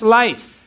life